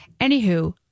Anywho